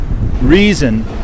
reason